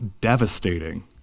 devastating